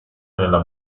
nella